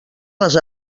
les